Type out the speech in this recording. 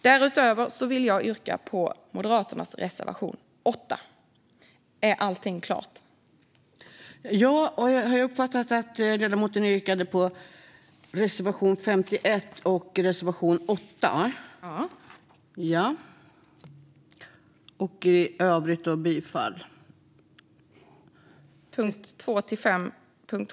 Därutöver vill jag yrka bifall till Moderaternas reservation 8.